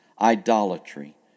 idolatry